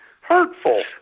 hurtful